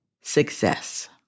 success